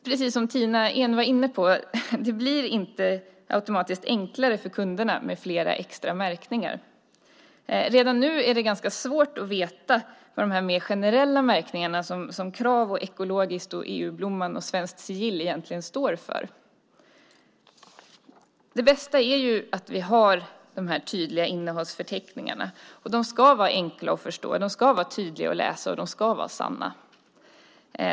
Precis som Tina Ehn var inne på blir det dock inte automatiskt enklare för kunderna med fler extra märkningar. Redan nu är det ganska svårt att veta vad mer generella märkningar som Krav, Ekologiskt, EU-blomman och Svenskt Sigill egentligen står för. Det bästa är att vi har tydliga innehållsförteckningar, och de ska vara enkla att förstå, tydliga att läsa och dessutom sanna.